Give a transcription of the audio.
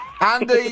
Andy